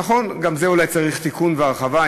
נכון, גם זה אולי צריך תיקון והרחבה.